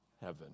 Heaven